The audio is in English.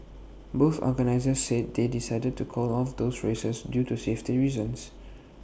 both organisers said they decided to call off those races due to safety reasons